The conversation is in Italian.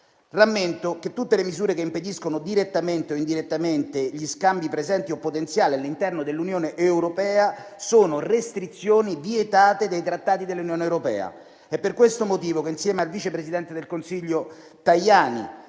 Rammento che tutte le misure che impediscono, direttamente o indirettamente, gli scambi presenti o potenziali all'interno dell'Unione europea sono restrizioni vietate dai trattati dell'Unione europea. È per questo motivo che, insieme al vice presidente del Consiglio Tajani,